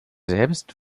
selbst